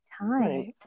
time